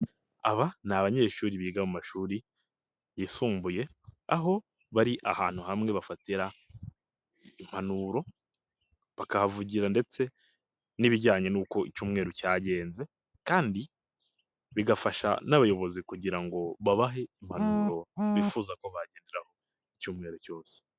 Aba ni abanyeshuri biga mu mashuri yisumbuye, aho bari ahantu hamwe bafatira impanuro bakahavugira ndetse n'ibijyanye n'uko icyumweru cyagenze, kandi bigafasha n'abayobozi kugira ngo babahe impanuro bifuza ko bagenderaho, icyumweru cyose.